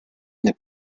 n’est